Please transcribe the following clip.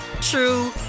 true